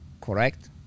correct